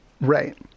Right